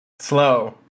slow